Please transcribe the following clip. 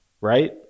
right